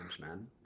man